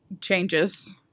Changes